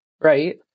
Right